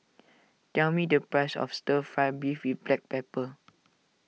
tell me the price of Stir Fry Beef with Black Pepper